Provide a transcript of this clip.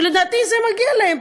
שלדעתי זה מגיע להם,